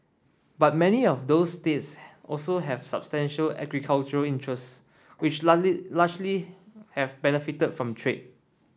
but many of those states also have substantial agricultural interests which largely have benefited from trade